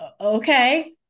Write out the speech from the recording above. okay